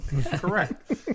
Correct